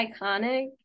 iconic